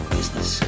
Business